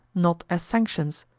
not as sanctions,